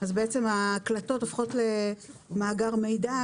בעצם ההקלטות הופכות למאגר מידע,